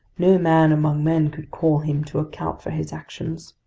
no man among men could call him to account for his actions.